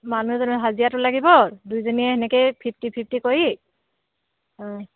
মানুহজনৰ হাজিৰাটো লাগিব দুইজনীয়ে সেনেকেই ফিফটি ফিফটি কৰি